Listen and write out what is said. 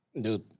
Dude